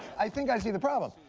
i think i see the problem.